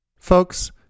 Folks